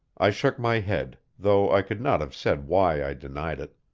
i shook my head, though i could not have said why i denied it.